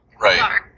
Right